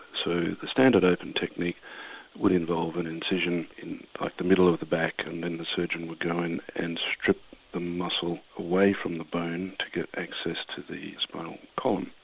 so the standard open technique would involve an incision in like the middle of the back and then the surgeon would go in and strip the muscle away from the bone to get access to the spinal column.